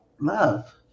love